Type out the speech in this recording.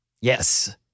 Yes